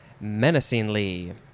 menacingly